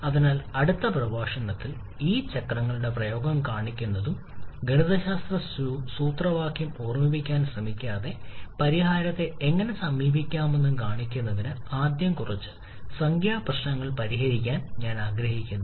അതിനാൽ അടുത്ത പ്രഭാഷണത്തിൽ ഈ ചക്രങ്ങളുടെ പ്രയോഗം കാണിക്കുന്നതിനും ഗണിതശാസ്ത്ര സൂത്രവാക്യം ഓർമ്മിക്കാൻ ശ്രമിക്കാതെ പരിഹാരത്തെ എങ്ങനെ സമീപിക്കാമെന്നും കാണിക്കുന്നതിന് ആദ്യം കുറച്ച് സംഖ്യാ പ്രശ്നങ്ങൾ പരിഹരിക്കാൻ ഞാൻ ആഗ്രഹിക്കുന്നു